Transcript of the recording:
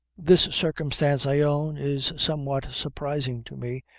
this circumstance, i own, is somewhat surprising to me,